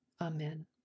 Amen